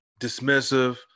dismissive